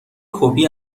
کپی